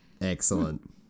Excellent